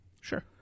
Sure